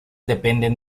dependen